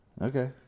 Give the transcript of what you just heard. okay